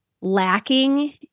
lacking